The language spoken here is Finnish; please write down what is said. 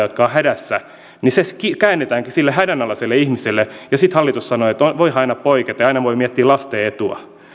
jotka ovat hädässä autetaan käännetäänkin sille hädänalaiselle ihmiselle ja sitten hallitus sanoo että voihan aina poiketa ja aina voi miettiä lasten etua